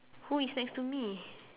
who is next to me